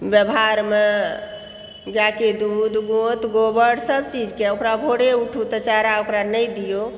व्यवहारमे गायके दूध गोत गोबर सब चीजके ओकरा भोरे उठूँ तऽ चारा ओकरा नहि दियौ तऽ ओ